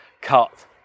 cut